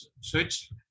switch